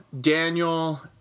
Daniel